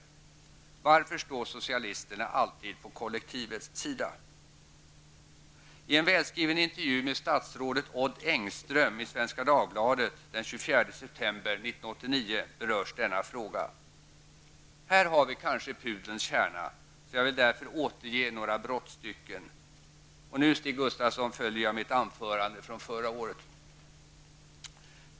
Varför står socialisterna alltid på kollektivets sida? I en välskriven intervju med statsrådet Odd 1989 berörs denna fråga. Här har vi kanske pudelns kärna. Jag vill därför återge några brottstycken. Nu, Stig Gustafsson, följer jag mitt anförande från förra året.